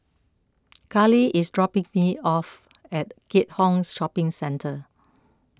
Kali is dropping me off at Keat Hong Shopping Centre